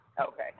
Okay